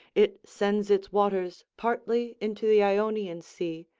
it sends its waters partly into the ionian sea,